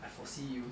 I foresee you